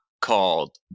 called